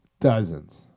Dozens